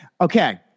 Okay